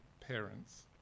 parents